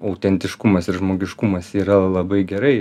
autentiškumas ir žmogiškumas yra labai gerai